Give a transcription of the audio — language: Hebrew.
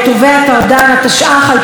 ועדת הרפורמות.